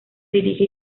dirige